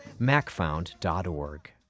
Macfound.org